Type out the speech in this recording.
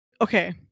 okay